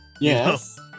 Yes